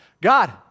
God